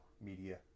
media